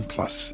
Plus